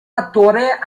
attore